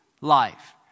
life